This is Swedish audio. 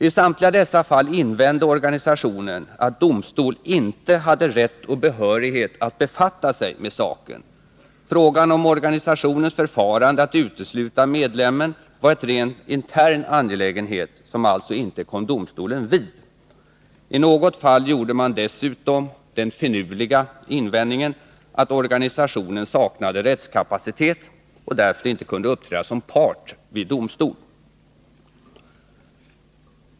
I samtliga dessa fall invände organisationen att domstol inte hade rätt och behörighet att befatta sig med saken. Frågan om organisationens förfarande att utesluta medlemmen var en rent intern angelägenhet, som alltså inte kom domstolen vid. I något fall gjorde man dessutom den finurliga invändningen att organisationen saknade rättskapacitet och därför inte kunde uppträda som part vid domstol.